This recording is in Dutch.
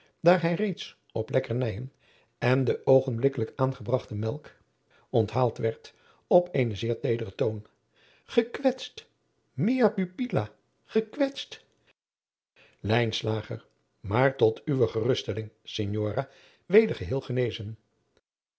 daar hij reeds op lekkernijen en de oogenblikkelijk aangebragte melk onthaald werd op eenen zeer teederen toon gekwetst mia pupila gekwetst lijnslager maar tot uwe geruststelling signora weder geheel genezen